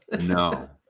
No